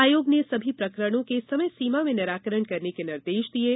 आयोग ने सभी प्रकरणों को समय सीमा में निराकरण करने के निर्देश दिए हैं